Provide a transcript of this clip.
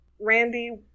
Randy